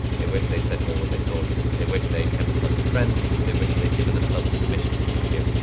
they wished they said more what they thought they wish they'd kept in touch with friends and they wished they'd given themselves the permission to be happier.